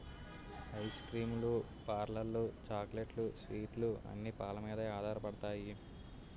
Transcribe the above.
ice cream లు పార్లర్లు చాక్లెట్లు స్వీట్లు అన్ని పాలమీదే ఆధారపడతాయి